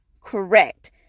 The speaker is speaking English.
Correct